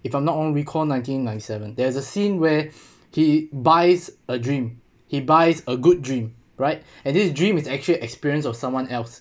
if I'm not wrong recall nineteen ninety seven there's a scene where he buys a dream he buys a good dream right and this dream is actually experience of someone else